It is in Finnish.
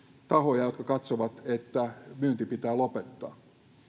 tahoja jotka katsovat että myynti pitää lopettaa